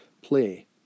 play